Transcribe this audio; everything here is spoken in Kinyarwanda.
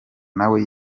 nawe